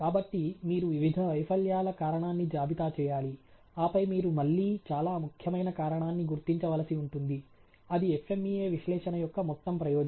కాబట్టి మీరు వివిధ వైఫల్యాల కారణాన్ని జాబితా చేయాలి ఆపై మీరు మళ్ళీ చాలా ముఖ్యమైన కారణాన్ని గుర్తించవలసి ఉంటుంది అది FMEA విశ్లేషణ యొక్క మొత్తం ప్రయోజనం